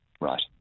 Right